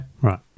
Right